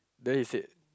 then he sit